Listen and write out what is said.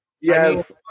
yes